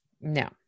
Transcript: no